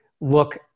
look